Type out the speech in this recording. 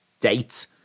date